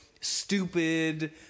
stupid